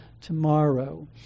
tomorrow